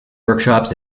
workshops